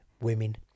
women